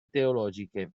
teologiche